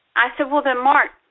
i said, well then mark,